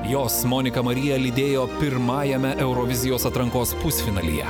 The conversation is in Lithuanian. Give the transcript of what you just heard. jos moniką mariją lydėjo pirmajame eurovizijos atrankos pusfinalyje